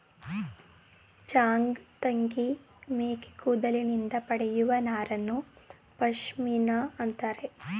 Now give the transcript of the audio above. ಚಾಂಗ್ತಂಗಿ ಮೇಕೆ ಕೂದಲಿನಿಂದ ಪಡೆಯುವ ನಾರನ್ನು ಪಶ್ಮಿನಾ ಅಂತರೆ